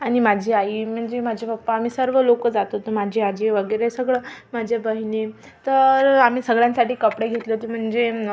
आणि माझी आई म्हणजे माझे पप्पा आम्ही सर्व लोकं जात होतो माझी आजी वगैरे सगळं माझ्या बहिणी तर आम्ही सगळ्यांसाठी कपडे घेतले होते म्हणजे